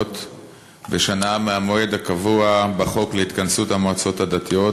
המקומיות ושנה מהמועד הקבוע בחוק להתכנסות המועצות הדתיות,